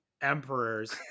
emperors